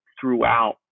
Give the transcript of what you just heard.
throughout